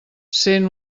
cent